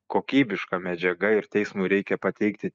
kokybiška medžiaga ir teismui reikia pateikti